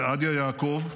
סעדיה יעקב,